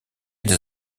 des